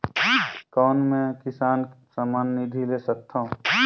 कौन मै किसान सम्मान निधि ले सकथौं?